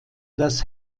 das